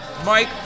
Mike